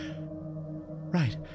Right